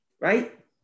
Right